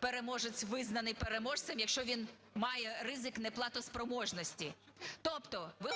переможець, визнаний переможцем, якщо він має ризик неплатоспроможності. Тобто, ви